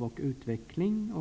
mannen fick ett lindrigare straff.